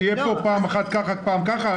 יש לו פעם אחת ככה ופעם אחרת ככה?